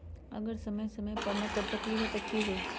अगर समय समय पर न कर सकील त कि हुई?